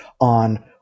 on